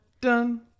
dun